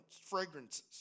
fragrances